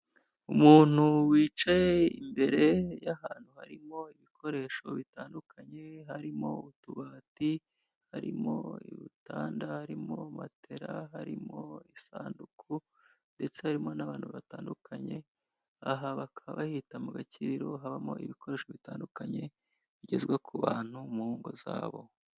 Umuntu wicaye imbere y'ahantu harimo ibikoresho bitandukanye harimo utubati, harimo ibitanda, harimo matera, harimo isanduku ndetse harimo n'abantu batandukanye aha bakaba bahita mu Gakiriro habamo ibikoresho bitandukanye bigezwa ku bantu mu ngo zabo.